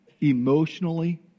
emotionally